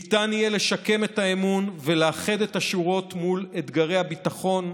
ניתן יהיה לשקם את האמון ולאחד את השורות מול אתגרי הביטחון,